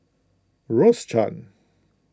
Rose Chan